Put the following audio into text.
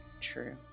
True